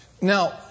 Now